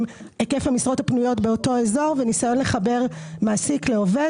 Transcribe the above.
היקף המשרות הפנויות באותו אזור וניסיון לחבר מעסיק לעובד